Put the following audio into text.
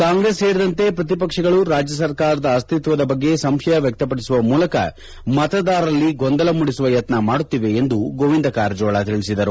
ಕಾಂಗ್ರೆಸ್ ಸೇರಿದಂತೆ ಪ್ರತಿಪಕ್ಷಗಳು ರಾಜ್ಯ ಸರ್ಕಾರದ ಅಸ್ತಿತ್ವದ ಬಗ್ಗೆ ಸಂಶಯ ವ್ಯಕ್ಷಪಡಿಸುವ ಮೂಲಕ ಮತದಾರರಲ್ಲಿ ಗೊಂದಲ ಮೂಡಿಸುವ ಯತ್ನ ಮಾಡುತ್ತಿವೆ ಎಂದು ಗೋವಿಂದ ಕಾರಜೋಳ ತಿಳಿಸಿದರು